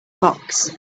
box